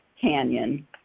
canyon